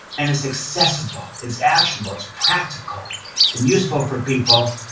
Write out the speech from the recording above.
and it's accessible, it's actionable, it's practical and useful for people.